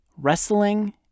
wrestling